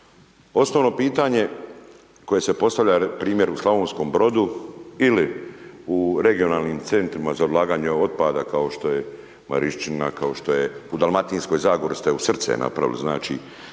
Osnovno pitanje koje se postavlja primjer u Slavonskom Brodu ili u regionalnim centrima za odlaganje otpada kao što je Marišćina, kao što je u Dalmatinskoj zagori ste u srce napravili, znači